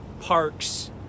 parks